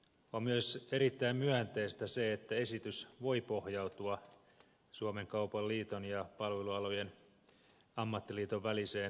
on myös erittäin myönteistä se että esitys voi pohjautua suomen kaupan liiton ja palvelualojen ammattiliiton väliseen sopimukseen